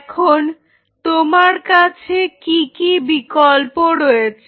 এখন তোমার কাছে কি কি বিকল্প রয়েছে